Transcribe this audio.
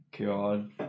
God